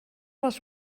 les